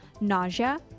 nausea